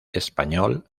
español